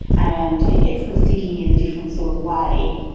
and it gets them thinking in a different sort of way,